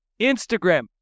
Instagram